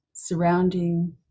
surrounding